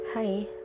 Hi